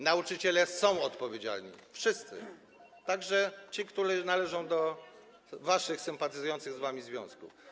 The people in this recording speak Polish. Nauczyciele są odpowiedzialni, wszyscy, także ci, którzy należą do waszych, sympatyzujących z wami związków.